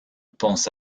pense